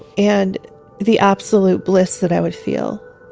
and the absolute bliss that i would feel.